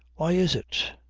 why is it?